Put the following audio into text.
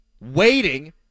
waiting